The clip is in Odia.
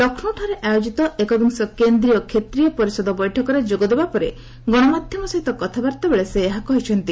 ଲକ୍ଷ୍ରୌଠାରେ ଆୟୋଜିତ ଏକବିଂଶ କେନ୍ଦ୍ରୀୟ କ୍ଷେତ୍ରୀୟ ପରିଷଦ ବୈଠକରେ ଯୋଗଦେବା ପରେ ଗଣମାଧ୍ୟମ ସହିତ କଥାବାର୍ତ୍ତାବେଳେ ସେ ଏହା କହିଛନ୍ତି